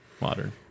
modern